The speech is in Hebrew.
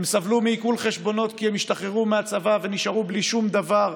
הם סבלו מעיקול חשבונות כי הם השתחררו מהצבא ונשארו בלי שום דבר,